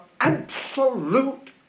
absolute